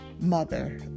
mother